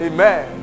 Amen